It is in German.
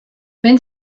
wenn